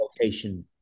location